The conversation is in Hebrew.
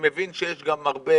יודע שיש הרבה